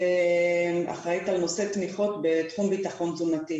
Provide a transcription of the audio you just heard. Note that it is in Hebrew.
ואחראית על נושא תמיכות בתחום ביטחון תזונתי.